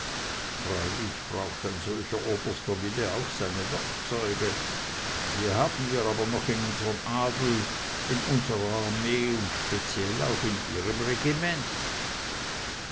freilich braucht ein solcher oberster wille auch seine werkzeuge die haben wir aber noch in unserm adel in unsrer armee und speziell auch in ihrem regiment